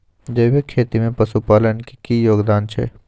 जैविक खेती में पशुपालन के की योगदान छै?